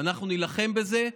ואנחנו נילחם בזה,